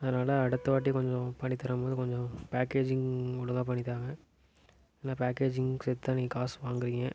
அதனால அடுத்த வாட்டி கொஞ்சம் பண்ணி தரபோது கொஞ்சம் பேக்கேஜிங் ஒழுங்காக பண்ணி தாங்க ஏன்னா பேக்கேஜிங் சேர்த்துதான் நீங்க காசு வாங்குறீங்க